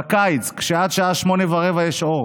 בקיץ, כשעד שעה 20:15 יש אור.